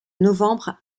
novembre